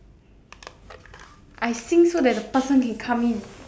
I sing so that the person can come in